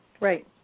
Right